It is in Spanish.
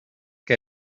que